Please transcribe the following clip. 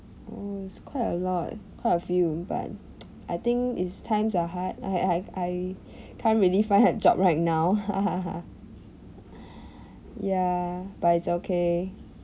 err it's quite a lot quite a few but I think it's times are hard I I I can't really find a job right now ya but it's okay